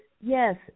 yes